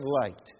light